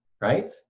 right